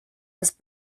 was